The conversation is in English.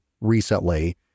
recently